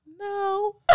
No